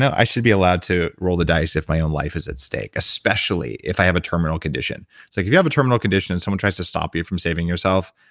i should be allowed to roll the dice if my own life is at stake, especially if i have a terminal condition. like if you have a terminal condition and somebody tries to stop you from saving yourself,